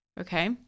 Okay